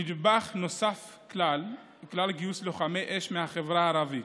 נדבך נוסף כלל גיוס לוחמי אש מהחברה הערבית.